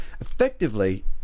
effectively